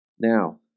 Now